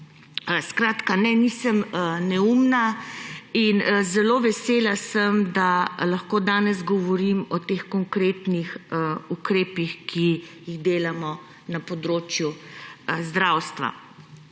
Skratka, ne, nisem neumna in zelo vesela sem, da lahko danes govorim o teh konkretnih ukrepih, ki jih delamo na področju zdravstva.